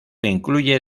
incluye